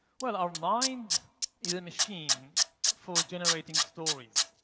well our mind is a machine for generating stories.